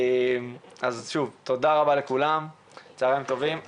תודה לכולם הישיבה